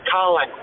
Colin